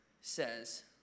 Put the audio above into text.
says